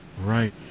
Right